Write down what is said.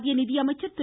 மத்திய நிதியமைச்சர் திரு